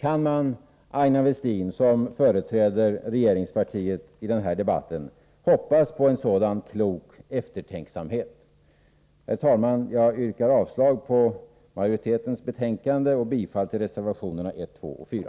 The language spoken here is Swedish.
Kan man, Aina Westin, som företräder regeringspartiet i den här debatten, hoppas på en sådan klok eftertänksamhet? Herr talman! Jag yrkar avslag på hemställan i utskottsbetänkandet och bifall till reservationerna 1, 2 och 4.